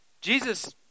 Jesus